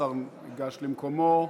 השר ייגש למקומו,